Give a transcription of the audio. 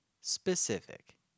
specific